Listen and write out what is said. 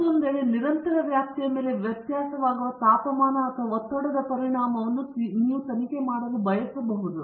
ಮತ್ತೊಂದೆಡೆ ನಿರಂತರ ವ್ಯಾಪ್ತಿಯ ಮೇಲೆ ವ್ಯತ್ಯಾಸವಾಗುವ ತಾಪಮಾನ ಅಥವಾ ಒತ್ತಡದ ಪರಿಣಾಮವನ್ನು ನೀವು ತನಿಖೆ ಮಾಡಲು ಬಯಸಬಹುದು